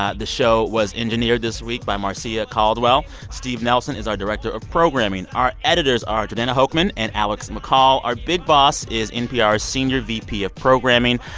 ah the show was engineered this week by marcia caldwell. steve nelson is our director of programming. our editors are janana hochman and alex mccall. our big boss is npr's senior vp of programming,